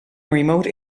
remote